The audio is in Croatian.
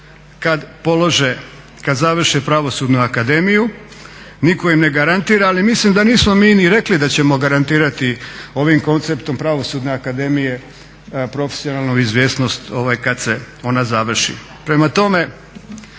kad završe Pravosudnu akademiju. Ali mislim da nismo mi ni rekli da ćemo garantirati ovim konceptom Pravosudne akademije profesionalnu izvjesnost kad se ona završi.